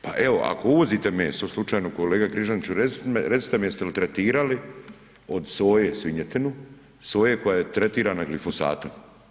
Pa evo ako uvozite meso slučajno kolega Križaniću recite mi jeste li tretirali od soje svinjetinu, soje koja je tretirana glifosatom.